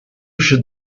should